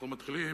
אנחנו מתחילים